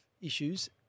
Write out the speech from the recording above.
issues